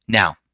now,